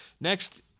next